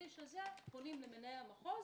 התרחיש הזה - -פונים למנהל המחוז,